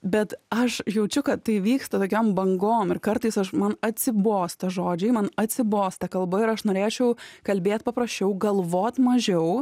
bet aš jaučiu kad tai vyksta tokiom bangom ir kartais aš man atsibosta žodžiai man atsibosta kalba ir aš norėčiau kalbėt paprasčiau galvot mažiau